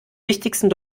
wichtigsten